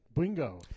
Bingo